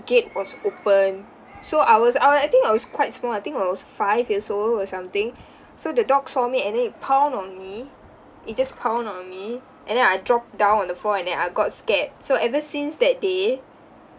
gate was open so I was I w~ I think I was quite small I think I was five years old or something so the dog saw me and then it pound on me it just pound on me and then I drop down on the floor and then I got scared so ever since that day